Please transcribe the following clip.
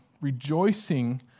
rejoicing